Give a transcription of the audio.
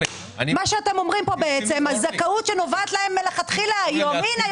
מה שאתם אומרים כאן שהזכאות שנובעת להן מלכתחילה היום הנה,